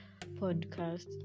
podcast